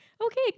okay